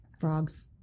frogs